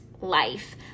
life